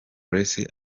grace